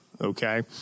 okay